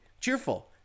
cheerful